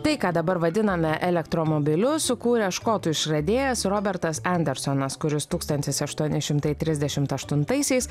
tai ką dabar vadiname elektromobiliu sukūrė škotų išradėjas robertas andersonas kuris tūkstantis aštuoni šimtai trisdešimt aštuntaisiais